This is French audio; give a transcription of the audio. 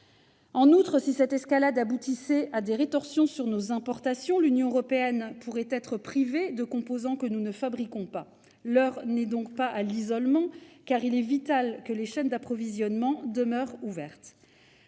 En outre, si cette escalade aboutissait à des rétorsions sur nos importations, l'Union européenne pourrait être privée de composants que nous ne fabriquons pas. L'heure n'est donc pas à l'isolement, car il est vital que les chaînes d'approvisionnement demeurent ouvertes.